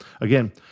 again